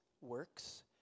works